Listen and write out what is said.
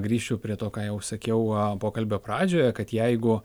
grįšiu prie to ką jau sakiau pokalbio pradžioje kad jeigu